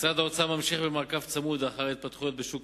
משרד האוצר ממשיך במעקב צמוד אחר ההתפתחויות בשוק